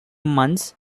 months